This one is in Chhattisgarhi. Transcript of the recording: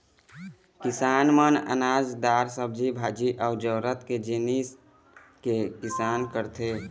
किसान मन अनाज, दार, सब्जी भाजी अउ जरूरत के जिनिस के किसानी करथे